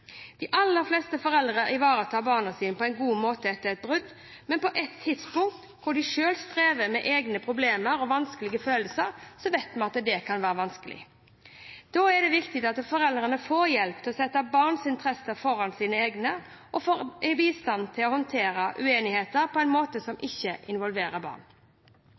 aller fleste foreldre ivaretar barna sine på en god måte etter et brudd, men på et tidspunkt hvor de selv strever med egne problemer og vanskelige følelser, vet vi at dette kan være vanskelig. Da er det viktig at foreldrene får hjelp til å sette barnas interesser foran sine egne, og får bistand til å håndtere uenigheter på en måte som ikke involverer